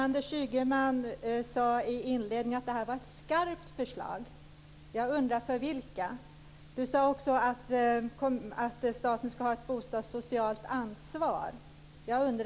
Fru talman! Jag fick inte svar på den andra frågan: För vilka skall staten ha ett bostadssocialt ansvar?